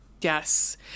Yes